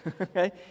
okay